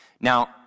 Now